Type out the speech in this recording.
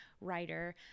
writer